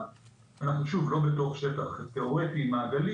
אנחנו לא בשטח מעגלי,